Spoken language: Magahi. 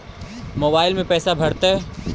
मोबाईल में पैसा भरैतैय?